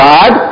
God